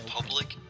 Public